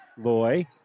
Loy